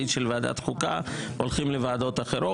של ועדת החוקה הולכים לוועדות אחרות.